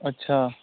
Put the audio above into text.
ਅੱਛਾ